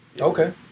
Okay